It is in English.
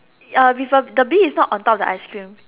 uh before the bee is not on top of the ice cream